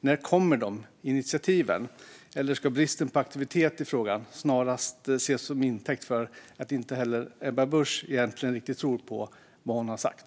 När kommer de initiativen, eller ska bristen på aktivitet i frågan snarast ses som intäkt för att inte heller Ebba Busch tror på vad hon har sagt?